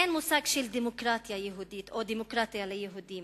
אין מושג של דמוקרטיה יהודית או דמוקרטיה ליהודים.